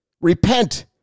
Repent